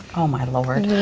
oh my lord.